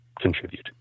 contribute